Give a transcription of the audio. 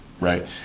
right